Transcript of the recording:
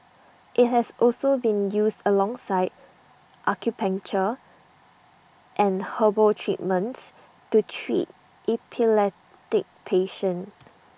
IT has also been used alongside acupuncture and herbal treatments to treat epileptic patients